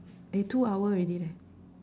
eh two hour already leh